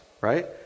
right